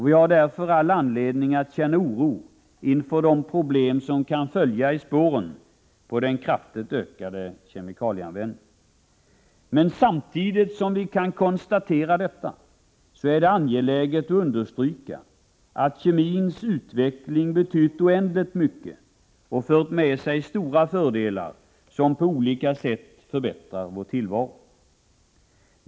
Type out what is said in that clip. Vi har därför all anledning att känna oro inför de problem som kan följa i spåren av den kraftigt ökade kemikalieanvändningen. Men samtidigt som vi kan konstatera detta är det angeläget att understryka att kemins utveckling betytt oändligt mycket och fört med sig stora fördelar som på olika sätt förbättrat vår tillvaro.